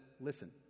listen